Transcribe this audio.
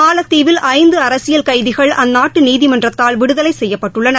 மாலத்தீவில் ஐந்து அரசியல் கைதிகள் அந்நாட்டு நீதிமன்றத்தால் விடுதலை செய்யப்பட்டுள்ளனர்